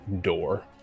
door